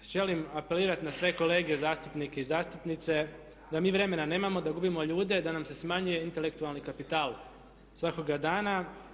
Želim apelirat na sve kolege zastupnike i zastupnice da mi vremena nemamo, da gubimo ljude, da nam se smanjuje intelektualni kapital svakoga dana.